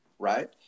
Right